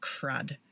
crud